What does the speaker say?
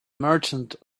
merchant